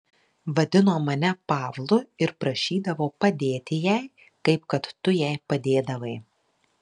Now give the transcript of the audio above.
vadino mane pavlu ir prašydavo padėti jai kaip kad tu jai padėdavai